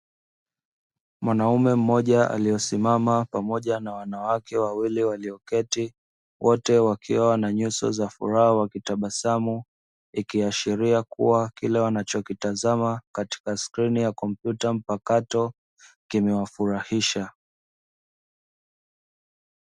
Mwanaume mmoja aliosimama pamoja na wanawake wawili walioketi wote wakiwa wananyuso za furaha wakitabasamu, ikiashiria kuwa kile wanachokitazama katika skrini ya kompyuta mpakato kimewafurahisha.